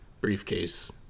briefcase